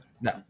No